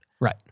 right